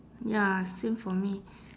ya same for me